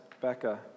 Becca